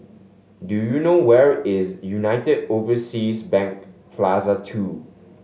do you know where is United Overseas Bank Plaza Two